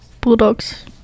Bulldogs